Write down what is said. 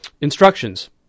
instructions